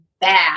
bad